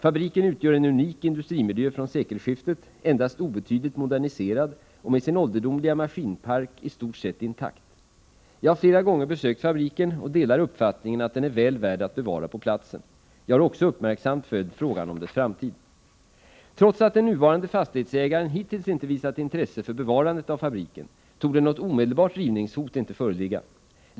Fabriken utgör en unik industrimiljö från sekelskiftet, endast obetydligt fabriken i Norrtälje moderniserad och med sin ålderdomliga maskinpark i stort sett intakt. Jag som byggnadshar flera gånger besökt fabriken och delar uppfattningen att den är väl värd — minne att bevara på platsen. Jag har också uppmärksamt följt frågan om dess framtid. Trots att den nuvarande fastighetsägaren hittills inte visat intresse för bevarandet av fabriken, torde något omedelbart rivningshot inte föreligga.